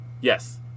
yes